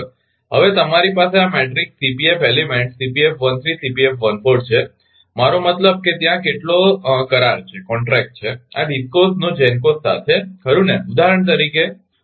હવે તમારી પાસે આ મેટ્રિક્સ Cpf એલીમેન્ટ્સ છે મારો મતલબ કે ત્યાં કેટલો કરાર છે આ DISCOs નો GENCOs સાથે ખરુ ને ઉદાહરણ તરીકે